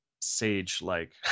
sage-like